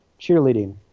cheerleading